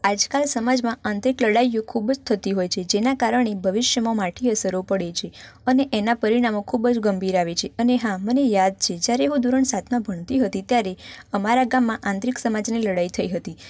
આજ કાલ સમાજમાં આંતરિક લડાઈઓ ખૂબ જ થતી હોય છે જેના કારણે ભવિષ્યમાં માઠી અસરો પડે છે અને એના પરિણામો ખૂબ જ ગંભીર આવે છે અને હા મને યાદ છે જ્યારે હું ધોરણ સાતમાં ભણતી હતી ત્યારે અમારા ગામમાં આંતરિક સમાજની લડાઈ થઈ હતી